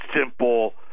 simple